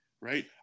right